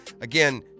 Again